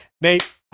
Nate